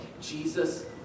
Jesus